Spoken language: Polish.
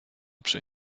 przy